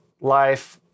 life